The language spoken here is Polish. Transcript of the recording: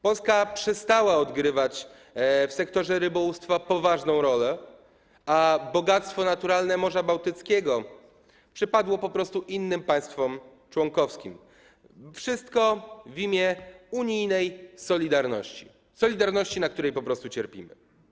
Polska przestała odgrywać w sektorze rybołówstwa poważną rolę, a bogactwo naturalne Morza Bałtyckiego przypadło po prostu innym państwom członkowskim - wszystko w imię unijnej solidarności, solidarności, na której po prostu cierpimy.